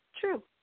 true